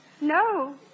No